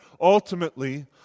Ultimately